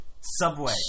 Subway